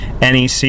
NEC